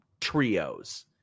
trios